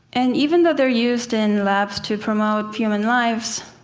and even though they're used in labs to promote human lives,